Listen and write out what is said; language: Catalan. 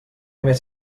més